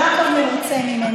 יעקב מרוצה ממני.